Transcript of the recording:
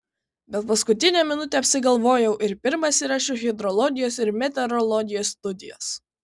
bet paskutinę minutę apsigalvojau ir pirmas įrašiau hidrologijos ir meteorologijos studijas